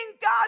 God